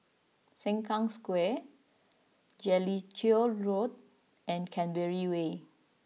Sengkang Square Jellicoe Road and Canberra Way